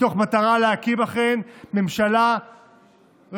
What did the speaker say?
מתוך מטרה להקים לכם ממשלה רחבה,